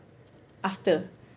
after